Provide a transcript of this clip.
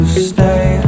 stay